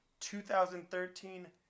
2013